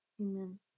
Amen